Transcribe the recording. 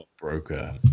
broker